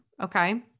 Okay